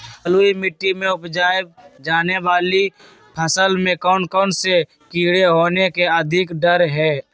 बलुई मिट्टी में उपजाय जाने वाली फसल में कौन कौन से कीड़े होने के अधिक डर हैं?